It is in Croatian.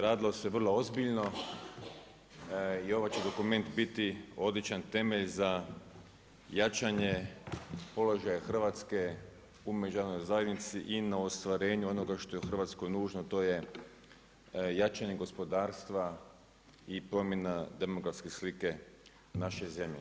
Radilo se vrlo ozbiljno i ovaj će dokument biti odličan temelj za jačanje položaja Hrvatske u međunarodnoj zajednici i na ostvarenju onoga što je u Hrvatskoj nužno. a to je jačanje gospodarstva i promjena demografske slike naše zemlje.